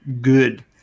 good